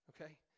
okay